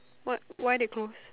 what why they close